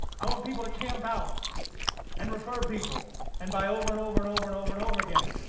i want people to camp out and refer people and buy over and over and over and over and over again.